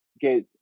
get